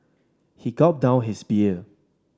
he gulped down his beer